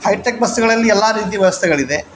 high tech ಬಸ್ಸುಗಳಲ್ಲಿ ಎಲ್ಲ ರೀತಿಯ ವ್ಯವಸ್ಥೆಗಳಿದೆ